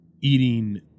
eating